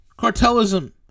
Cartelism